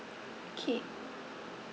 okay